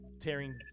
tearing